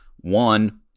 one